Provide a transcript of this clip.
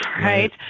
right